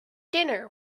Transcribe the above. dinner